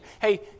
Hey